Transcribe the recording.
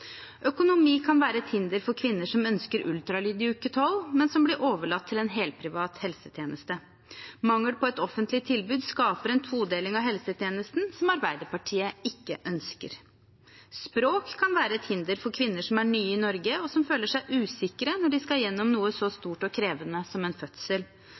Økonomi kan være et hinder for kvinner som ønsker ultralyd i uke 12, men som blir overlatt til en helprivat helsetjeneste. Mangel på et offentlig tilbud skaper en todeling av helsetjenesten som Arbeiderpartiet ikke ønsker. Språk kan være et hinder for kvinner som er nye i Norge, og som føler seg usikre når de skal gjennom noe så stort og krevende som en fødsel.